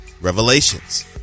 Revelations